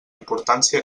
importància